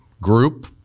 group